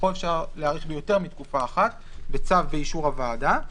פה אפשר להאריך ביותר מתקופה אחת בצו באישור הוועדה.